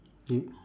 do